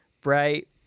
bright